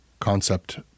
concept